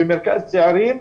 במרכז צעירים,